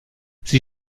sie